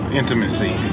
intimacy